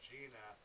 Gina